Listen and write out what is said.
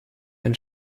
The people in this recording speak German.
ein